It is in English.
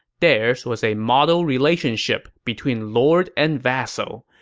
theirs was a model relationship between lord and vassal.